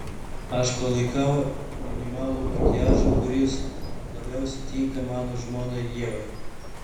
aš palaikau minimalų makiažą kuris labiausiai tinka mano žmonai ievai